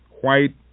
white